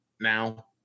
now